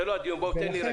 זה לא הדיון כרגע.